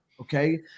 Okay